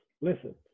listen